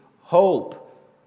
hope